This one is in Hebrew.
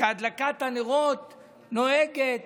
שהדלקת הנרות נוהגת